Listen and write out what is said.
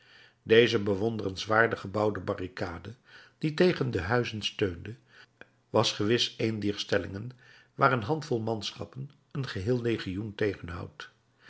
deze bewonderenswaardig gebouwde barricade die tegen de huizen steunde was gewis een dier stellingen waar een handvol manschappen een geheel legioen tegenhoudt